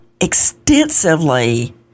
extensively